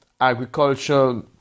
agriculture